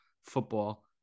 football